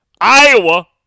Iowa